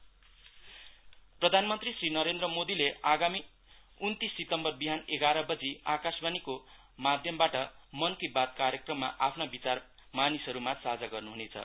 PM Mann Ki Baat प्रधानमन्त्री श्री नरेन्द्र मोदीले आगामी उन्तीस सितम्बर बिहान एघार बजि आकाश वाणीको को माध्यमबाट मन कि बात कार्यक्रममा आफ्ना विचार मानिसहरु माभ साझा गर्नुहुनेछ